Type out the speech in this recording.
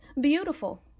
beautiful